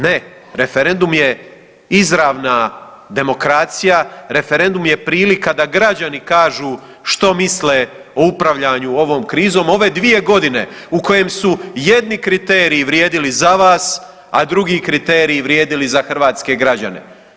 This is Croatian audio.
Ne, referendum je izravna demokracija, referendum je prilika da građani kažu što misle o upravljanju ovom krizom, ove 2 godine u kojem su jedni kriteriji vrijedili za vas, a drugi kriteriji vrijedili za hrvatske građane.